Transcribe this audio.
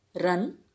run